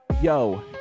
Yo